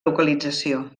localització